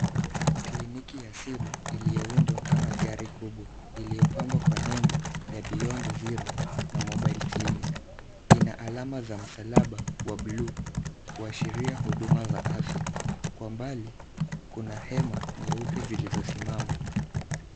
Kliniki ya simu iliyoundwa kama gari kubwa iliyopambwa kwa nembo ya Beyond Zero na Mobile Clinic . Ina alama za msalaba wa bluu kuashiria huduma za afya. Kwa mbali, kuna hema nyeupe zilizosimama.